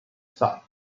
sight